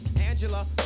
Angela